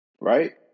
Right